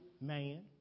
man